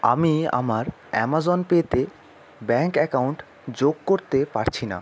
আমি আমার অ্যামাজন পেতে ব্যাংক অ্যাকাউন্ট যোগ করতে পারছি না